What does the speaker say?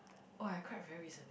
oh I cried very recent